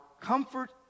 comfort